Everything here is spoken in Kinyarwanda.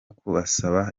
kubasaba